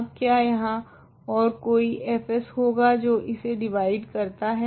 अब क्या यहाँ ओर कोई fs होगा जो इसे डिवाइड करता हो